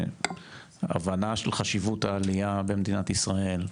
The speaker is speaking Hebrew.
להבנה של חשיבות העלייה במדינת ישראל,